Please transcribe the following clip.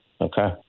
Okay